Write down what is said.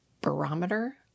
barometer